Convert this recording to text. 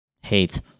Hate